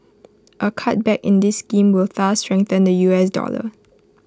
A cutback in this scheme will thus strengthen the U S dollar